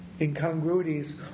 incongruities